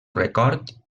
record